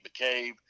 McCabe